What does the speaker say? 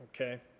Okay